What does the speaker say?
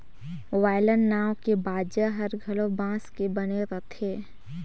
violin नांव के बाजा ह घलो बांस के बने रथे